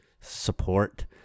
support